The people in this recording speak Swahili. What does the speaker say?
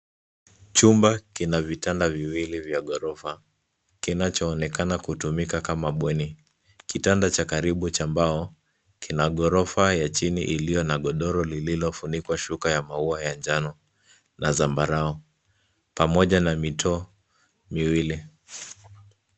Chumba kina vitanda viwili vya ghorofa, kinachoonekana kutumika kama bweni. Kitanda cha karibu cha mbao kina ghorofa ya chini iliyo na gondoro lililofunikwa shuka ya maua ya njano na zambarau pamoja na mito miwili.